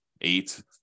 eight